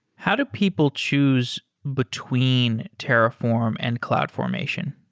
how do people choose between terraform and cloudformation?